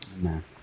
Amen